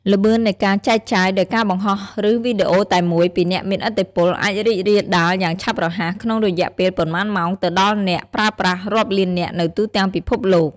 ល្បឿននៃការចែកចាយដោយការបង្ហោះឬវីដេអូតែមួយពីអ្នកមានឥទ្ធិពលអាចរីករាលដាលយ៉ាងឆាប់រហ័សក្នុងរយៈពេលប៉ុន្មានម៉ោងទៅដល់អ្នកប្រើប្រាស់រាប់លាននាក់នៅទូទាំងពិភពលោក។